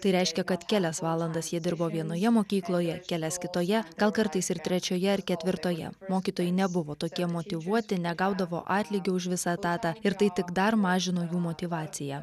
tai reiškia kad kelias valandas jie dirbo vienoje mokykloje kelias kitoje gal kartais ir trečioje ar ketvirtoje mokytojai nebuvo tokie motyvuoti negaudavo atlygio už visą etatą ir tai tik dar mažino jų motyvaciją